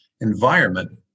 environment